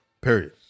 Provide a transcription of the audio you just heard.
period